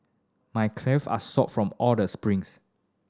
my calves are sore from all the sprints